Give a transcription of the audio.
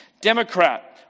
Democrat